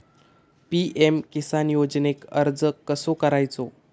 PM Kisan योजनेक अर्ज कसो करायचो?